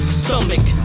stomach